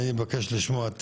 אני מבקש לשמוע את